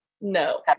no